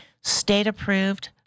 state-approved